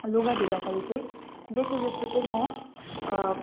लुगा धुँदाखरि चाहिँ बेसी जस्तो चाहिँ म